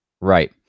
Right